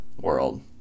world